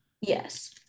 Yes